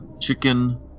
chicken